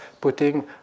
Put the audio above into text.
putting